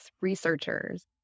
researchers